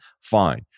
fine